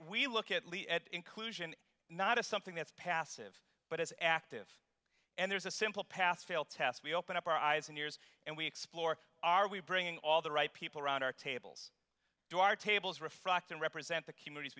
we look at least at inclusion not as something that's passive but as active and there's a simple pass fail test we open up our eyes and ears and we explore are we bringing all the right people around our tables do our tables refract and represent the